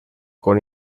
con